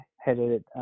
headed